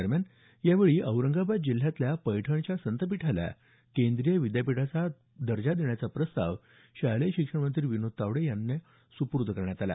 दरम्यान यावेळी औरंगाबाद जिल्ह्यातल्या पैठणच्या संतपीठाला केंद्रीय विद्यापीठाचा देण्याचा प्रस्ताव शालेय शिक्षण मंत्री विनोद तावडे यांना सुपूर्द करण्यात आला